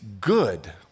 good